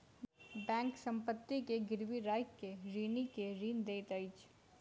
bank संपत्ति के गिरवी राइख के ऋणी के ऋण दैत अछि